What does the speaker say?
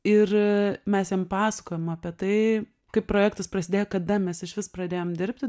ir mes jiem pasakojom apie tai kaip projektas prasidėjo kada mes išvis pradėjom dirbti